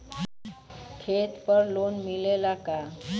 खेत पर लोन मिलेला का?